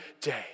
day